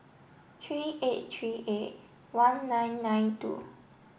three eight three eight one nine nine two